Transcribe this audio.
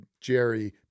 Jerry